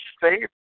safe